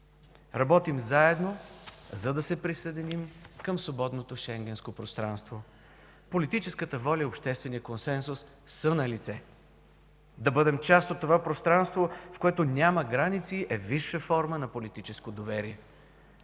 Работим заедно, за да се присъединим към свободното Шенгенско пространство. Политическата воля и общественият консенсус са налице. Да бъдем част от това пространство, в което няма граници, е висша форма на политическо доверие.